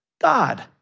God